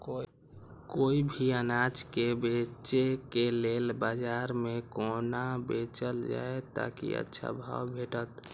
कोय भी अनाज के बेचै के लेल बाजार में कोना बेचल जाएत ताकि अच्छा भाव भेटत?